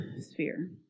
sphere